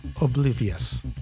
oblivious